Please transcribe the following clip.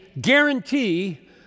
guarantee